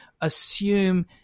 assume